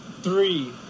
three